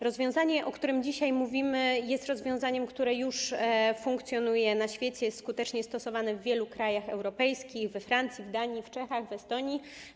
Rozwiązanie, o którym dzisiaj mówimy, jest rozwiązaniem, które już funkcjonuje na świecie, jest skutecznie stosowane w wielu krajach europejskich: we Francji, w Danii, w Czechach, w Estonii.